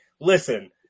listen